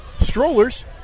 strollers